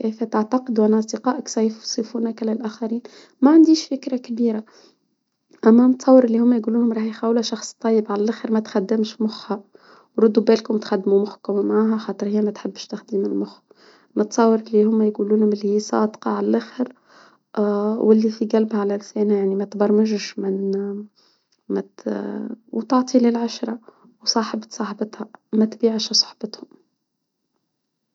كيف تعتقد أن أصدقائك سيفصفونك للآخرين؟ ما عنديش فكرة كبيرة أمام طور اللي هم يقولولهم راح يخولة، شخص طيب على اللاخر، ما تخدمش مخها وردوا بالكم، تخدموا مخكم معاها، خاطر هي ما تحبش تخديم المخ، نتصور إللي هما يقولوا لهم إللي هي صادقة على اللاخر، وإللي في قلبها على لسانها، يعني ما تبرمجش من مات وتعطي للعشرة، وصاحبة صاحبتها ما تبيعش صاحبتهم.